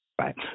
right